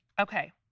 Okay